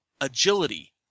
agility